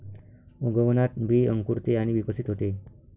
उगवणात बी अंकुरते आणि विकसित होते